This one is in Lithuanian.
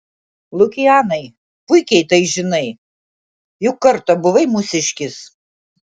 lukianai puikiai tai žinai juk kartą buvai mūsiškis